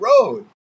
road